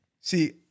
see